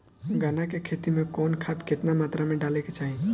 गन्ना के खेती में कवन खाद केतना मात्रा में डाले के चाही?